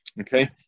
Okay